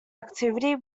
activity